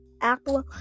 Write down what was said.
apple